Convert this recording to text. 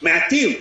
מעטים,